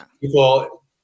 people